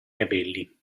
capelli